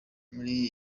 muri